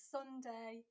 Sunday